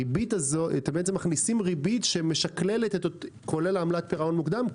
אתם בעצם מכניסים ריבית שמשקללת כולל עמלת פירעון מוקדם,